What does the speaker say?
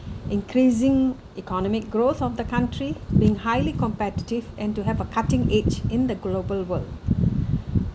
increasing economic growth of the country being highly competitive and to have a cutting edge in the global world